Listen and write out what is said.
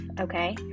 okay